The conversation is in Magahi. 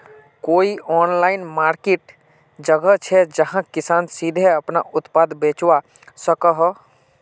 कोई ऑनलाइन मार्किट जगह छे जहाँ किसान सीधे अपना उत्पाद बचवा सको हो?